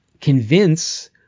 convince